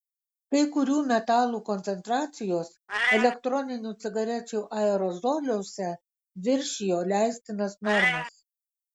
kai kurių metalų koncentracijos elektroninių cigarečių aerozoliuose viršijo leistinas normas